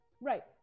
Right